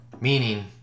meaning